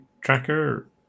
tracker